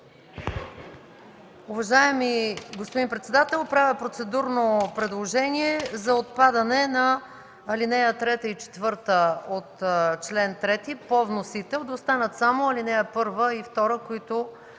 Уважаеми господин председател, правя процедурно предложение за отпадане на ал. 3 и 4 от чл. 3 по вносител – да останат само ал. 1 и 2, които